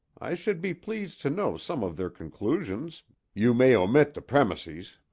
i should be pleased to know some of their conclusions you may omit the premises.